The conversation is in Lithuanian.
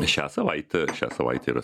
šią savaitę šią savaitę yra